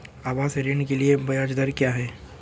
आवास ऋण के लिए ब्याज दर क्या हैं?